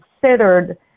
considered